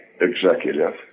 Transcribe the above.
executive